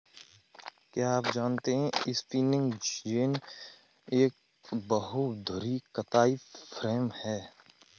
क्या आप जानते है स्पिंनिंग जेनि एक बहु धुरी कताई फ्रेम है?